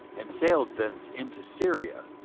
and sailed thence into syria,